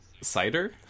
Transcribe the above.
Cider